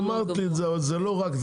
אמרתי את זה, אבל זה לא רק זה.